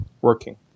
working